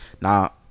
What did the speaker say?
Now